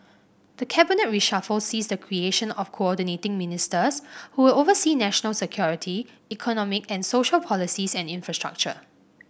the cabinet reshuffle sees the creation of Coordinating Ministers who will oversee national security economic and social policies and infrastructure